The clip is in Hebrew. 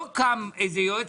לא קם איזה יועץ